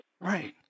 Right